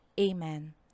Amen